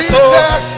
Jesus